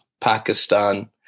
Pakistan